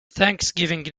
thanksgiving